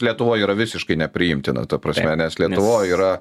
lietuvoj yra visiškai nepriimtina ta prasme nes lietuvoj yra